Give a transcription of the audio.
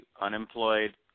unemployed